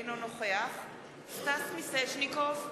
אינו נוכח סטס מיסז'ניקוב,